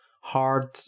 hard